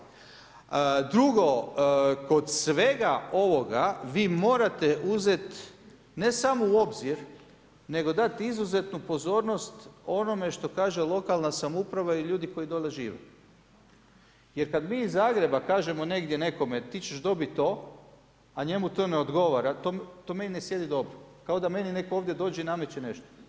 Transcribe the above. Drugo, kod svega ovoga vi morate uzeti ne samo u obzir nego dati izuzetnu pozornost onome što kaže lokalna samouprava i ljudi koji dolje žive jer kad mi iz Zagreba kažemo negdje nekome „ti ćeš dobit to“, a njemu to ne odgovara, to meni ne sjedi dobro, kao da meni netko ovdje dođe i nameće nešto.